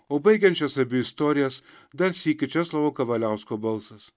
o baigiant šias abi istorijas dar sykį česlovo kavaliausko balsas